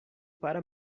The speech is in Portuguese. para